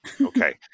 Okay